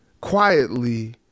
quietly